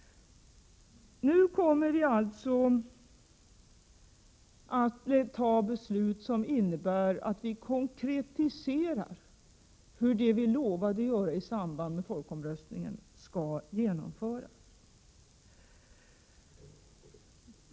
Nu kommer vi alltså att ta beslut som innebär att vi konkretiserar hur det vi lovade att göra i samband med folkomröstningen skall genomföras.